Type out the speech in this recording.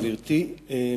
גברתי היושבת-ראש,